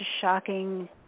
shocking